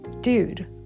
dude